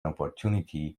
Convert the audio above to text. opportunity